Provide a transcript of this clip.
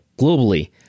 globally